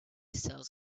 sells